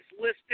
listed